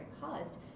caused